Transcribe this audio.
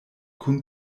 kun